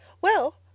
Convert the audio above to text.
Well